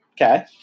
Okay